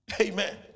amen